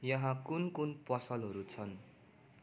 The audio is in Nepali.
यहाँ कुन कुन पसलहरू छन्